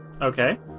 Okay